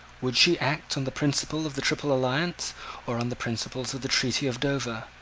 would she act on the principles of the triple alliance or on the principles of the treaty of dover?